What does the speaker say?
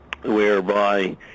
whereby